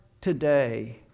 today